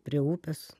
prie upės